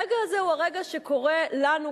הרגע הזה הוא הרגע שקורא לנו,